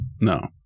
No